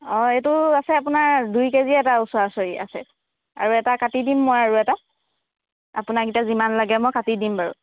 অ' এইটো আছে আপোনাৰ দুই কেজি এটা ওচৰা ওচৰি আছে আৰু এটা কাটি দিম মই আৰু এটা আপোনাক এতিয়া যিমান লাগে মই কাটি দিম বাৰু